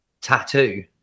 tattoo